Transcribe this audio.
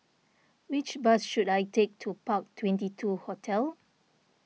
which bus should I take to Park Twenty two Hotel